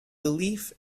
belief